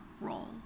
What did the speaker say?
role